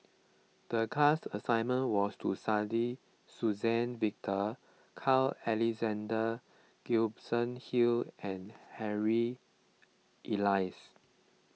the class assignment was to study Suzann Victor Carl Alexander Gibson Hill and Harry Elias